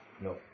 No